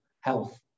health